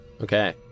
Okay